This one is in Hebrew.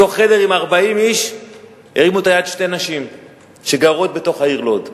מתוך חדר עם 40 איש הרימו את היד שתי נשים שגרות בעיר לוד.